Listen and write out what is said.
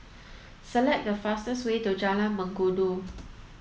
select the fastest way to Jalan Mengkudu